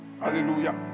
hallelujah